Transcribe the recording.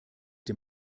dem